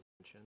attention